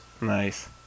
Nice